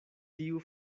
tiu